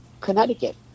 Connecticut